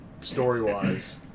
story-wise